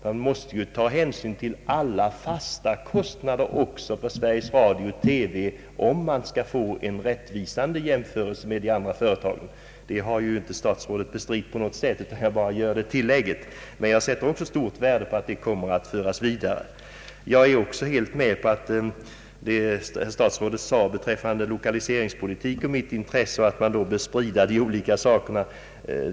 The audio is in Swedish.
Man måste ta hänsyn också till alla fasta kostnader för Sveriges Radio om man skall göra en rättvisande jämförelse med de andra företagen. Det har statsrådet inte bestritt på något sätt, men jag vill ändå betona detta. Jag sätter också stort värde på att mitt uttalande kommer att föras vidare. Jag är även helt med på vad statsrådet sade beträffande mitt intresse för lokaliseringspolitiken och att man bör sprida de olika uppgifterna.